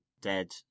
dead